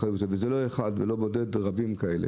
לא מדובר באחד בודד אלא ברבים כאלה.